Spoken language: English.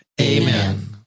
Amen